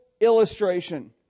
illustration